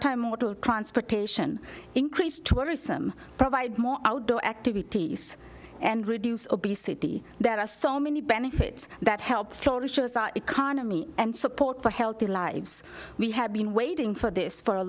time mortal transportation increased tourism provide more outdoor activities and reduce obesity there are so many benefits that help economy and support for healthy lives we have been waiting for this for a